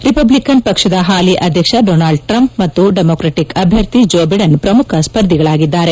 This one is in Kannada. ರಿಪಬ್ಲಿಕನ್ ಪಕ್ಷದ ಹಾಲಿ ಅಧ್ಯಕ್ಷ ಡೋನಾಲ್ಡ್ ಟ್ರಂಪ್ ಮತ್ತು ಡೆಮೋಕ್ರಟ್ ಅಧ್ಯರ್ಥಿ ಜೋ ಬಿಡನ್ ಶ್ರಮುಖ ಸ್ಪರ್ಧಿಗಳಾಗಿದ್ದಾರೆ